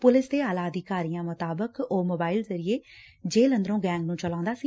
police ਦੇ ਆਲਾ ਅਧਿਕਾਰੀਆਂ ਮੁਤਾਬਿਕ ਉਹ ਮੋਬਾਇਲ ਜ਼ਰੀਏ ਜੇਲੁ ਅੰਦਰੋਂ ਗੈਂਗ ਨੂੰ ਚਲਾਉਂਦਾ ਸੀ